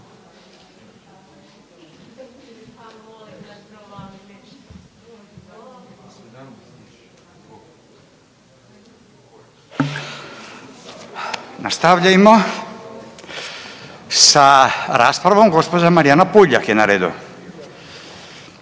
Nastavljajmo sa raspravom, gospođa Marijana Puljak je na redu.